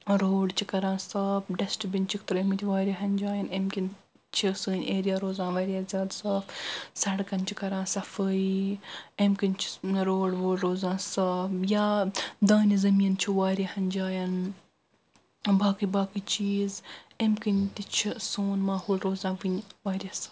road چھ کَران صاف ڈسٹ بِن چھِکھ ترٛٲومٕتۍ واریاہن جایَن اَمہِ کِنۍ چھ سٲنۍ ایٚرا روزان واریاہ زیادٕ صاف سڑکن چھ کَران صفٲیۍ اَمہِ کِنۍ چھ روڈ ووڈ روزان صاف یا دانہِ زٔمیٖن چھُ واریاہن جایَن باقٕے باقٕے چیٖز اَمہِ کِنۍ تہِ چھ سون ماحول روزان وُنہِ واریاہ صاف